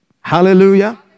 Hallelujah